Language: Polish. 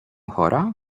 chora